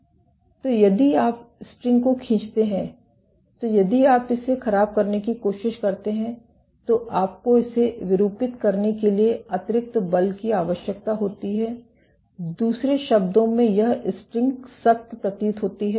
तो यदि आप स्ट्रिंग को खींचते हैं तो यदि आप इसे ख़राब करने की कोशिश करते हैं तो आपको इसे विरूपित करने के लिए अतिरिक्त बल की आवश्यकता होती है दूसरे शब्दों में यह स्ट्रिंग सख्त प्रतीत होती है